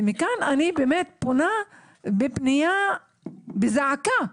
ומכאן אני פונה בפניה, בזעקה,